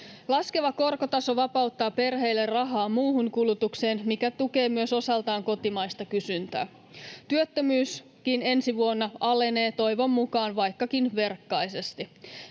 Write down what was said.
Laskeva korkotaso vapauttaa perheille rahaa muuhun kulutukseen, mikä tukee myös osaltaan kotimaista kysyntää. Työttömyyskin ensi vuonna alenee, toivon mukaan, vaikkakin verkkaisesti.